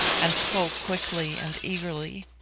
and spoke quickly and eagerly.